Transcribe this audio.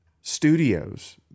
studios